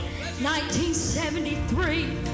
1973